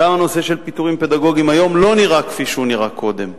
גם הנושא של פיטורים פדגוגיים היום לא נראה כפי שהוא נראה קודם.